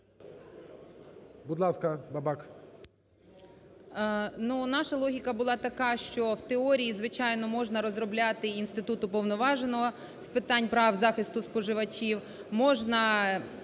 Наша логіка була така, що в теорії звичайно можна розробляти інститут уповноваженого з питань захисту прав споживачів